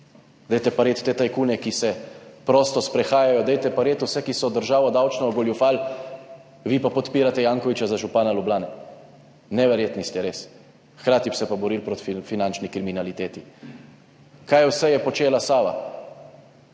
Dajte prijeti te tajkune, ki se prosto sprehajajo, dajte prijeti vse, ki so državo davčno ogoljufali, vi pa podpirate Jankovića za župana Ljubljane. Neverjetni ste, res. Hkrati bi pa se borili proti finančni kriminaliteti. Kaj vse je počela Sava,